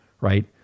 right